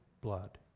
blood